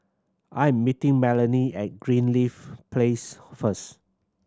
I am meeting Melanie at Greenleaf Place first